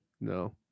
no